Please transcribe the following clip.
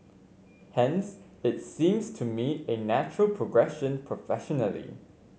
hence it seems to me a natural progression professionally